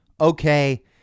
okay